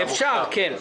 אפשר, כן.